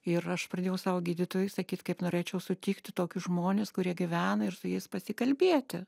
ir aš pradėjau savo gydytojui sakyt kaip norėčiau sutikti tokius žmonis kurie gyvena ir su jais pasikalbėti